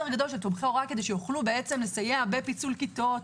גדול של תומכי הוראה כדי שיוכלו לסייע בפיצול כיתות,